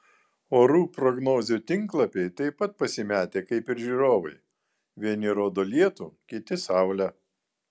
orų prognozių tinklapiai taip pat pasimetę kaip ir žiūrovai vieni rodo lietų kiti saulę